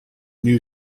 new